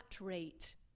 rate